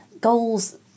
goals